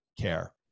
care